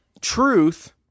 truth –